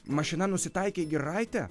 mašina nusitaikė į giraitę